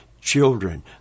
children